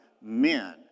men